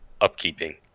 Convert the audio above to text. upkeeping